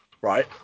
Right